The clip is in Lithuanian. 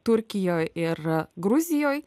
turkijoj ir gruzijoj